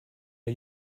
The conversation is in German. der